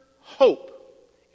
hope